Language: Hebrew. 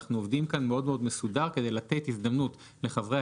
אנחנו עובדים כאן מאוד מאוד מסודר כדי לתת הזדמנות לחברי